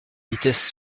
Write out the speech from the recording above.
vitesse